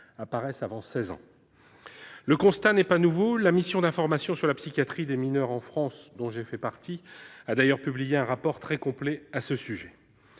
apparaissent avant 16 ans. Le constat n'est pas nouveau. La mission d'information sur la psychiatrie des mineurs en France, dont j'ai fait partie, a d'ailleurs publié un rapport très complet à ce sujet.